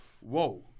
Whoa